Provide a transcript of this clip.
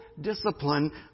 discipline